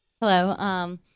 Hello